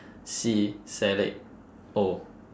oh